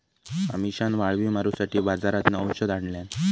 अमिशान वाळवी मारूसाठी बाजारातना औषध आणल्यान